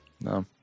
No